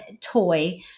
toy